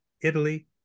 Italy